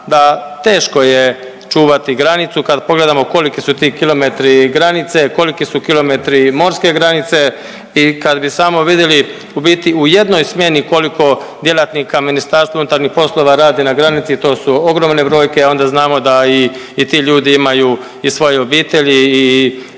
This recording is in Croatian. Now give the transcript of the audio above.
da teško je čuvati granicu, kad pogledamo koliki su ti kilometri granice, koliki su kilometri morske granice i kad bi samo vidjeli u biti u jednoj smjeni koliko djelatnika MUP-a radi na granici, to su ogromne brojke, a onda znamo da i ti ljudi imaju i svoje obitelji i